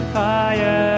fire